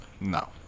No